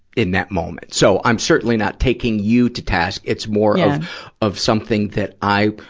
in that moment. so, i'm certainly not taking you to task. it's more of, of something that i,